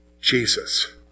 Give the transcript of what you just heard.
Jesus